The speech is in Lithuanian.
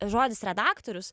žodis redaktorius